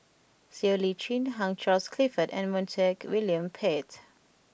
Siow Lee Chin Hugh Charles Clifford and Montague William Pett